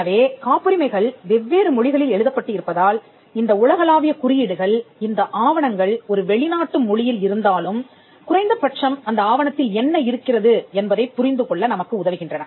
எனவே காப்புரிமைகள் வெவ்வேறு மொழிகளில் எழுதப்பட்டு இருப்பதால்இந்த உலகளாவிய குறியீடுகள் இந்த ஆவணங்கள் ஒரு வெளிநாட்டு மொழியில் இருந்தாலும்குறைந்தபட்சம் அந்த ஆவணத்தில் என்ன இருக்கிறது என்பதை புரிந்து கொள்ள நமக்கு உதவுகின்றன